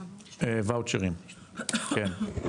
ואוצ'רים, כן.